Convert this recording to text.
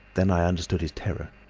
then i understood his terror.